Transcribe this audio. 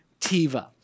tiva